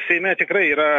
seime tikrai yra